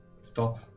stop